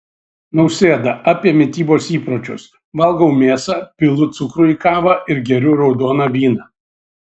nausėda apie mitybos įpročius valgau mėsą pilu cukrų į kavą ir geriu raudoną vyną